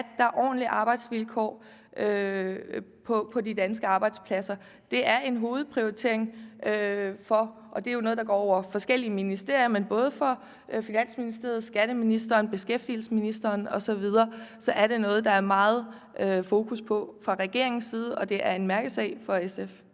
at der er ordentlige arbejdsvilkår på de danske arbejdspladser. Det er en hovedprioritering – og det er jo noget, der går over forskellige ministerier – for både Finansministeriet, Skatteministeriet og Beskæftigelsesministeriet osv., og det er noget, der er meget fokus på fra regeringens side, og det er en mærkesag for SF.